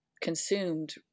consumed